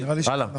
נראה לי שזה נכון.